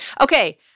Okay